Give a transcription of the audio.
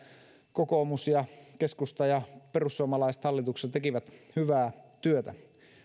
kokoomus ja keskusta ja perussuomalaiset hallituksessa tekivät hyvää työtä